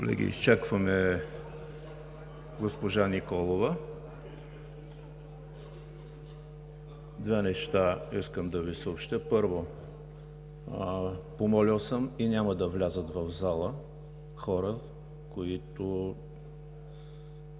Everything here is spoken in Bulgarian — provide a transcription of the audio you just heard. Колеги, изчакваме госпожа Николова. Две неща искам да Ви съобщя. Първо, помолил съм и няма да влязат в залата хора, които